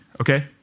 okay